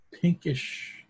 pinkish